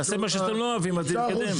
נעשה משהו שאתם לא אוהבים אז נתקדם.